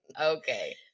okay